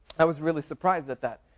i was really surprised at that,